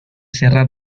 serra